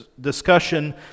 discussion